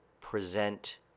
present